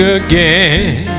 again